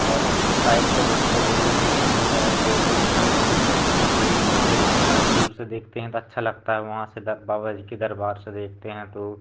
और उसके साइड से देखो तो रेलवे टेशन भी है तो रेलवे टेशन में भी जैसे रेलवे टेशन भी दूर से देखते हैं तो अच्छा लगता है वहाँ से बाबा जी के दरबार से देखते हैं तो